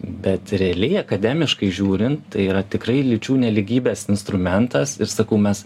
bet realiai akademiškai žiūrint tai yra tikrai lyčių nelygybės instrumentas ir sakau mes